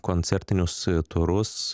koncertinius turus